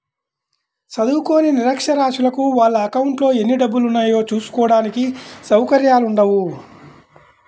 చదువుకోని నిరక్షరాస్యులకు వాళ్ళ అకౌంట్లలో ఎన్ని డబ్బులున్నాయో చూసుకోడానికి సౌకర్యాలు ఉండవు